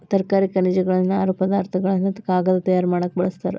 ತರಕಾರಿ ಖನಿಜಗಳನ್ನ ನಾರು ಪದಾರ್ಥ ಗಳನ್ನು ಕಾಗದಾ ತಯಾರ ಮಾಡಾಕ ಬಳಸ್ತಾರ